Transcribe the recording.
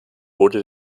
wurde